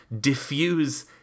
diffuse